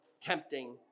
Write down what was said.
tempting